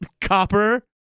copper